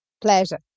Pleasure